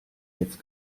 jetzt